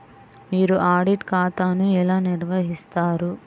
మీరు ఆడిట్ ఖాతాను ఎలా నిర్వహిస్తారు?